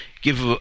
give